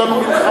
אין לנו מלחמה.